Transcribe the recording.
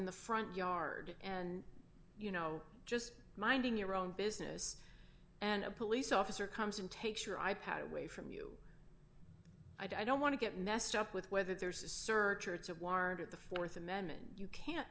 the front yard and you know just minding your own business and a police officer comes and takes your i pad away from you i don't want to get messed up with whether there's a search or it's a warrant at the th amendment you can't